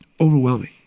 overwhelming